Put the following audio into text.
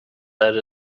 that